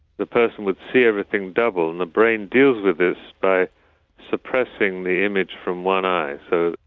the person would see everything double and the brain deals with this by suppressing the image from one eye. so,